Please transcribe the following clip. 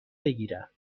بگیرم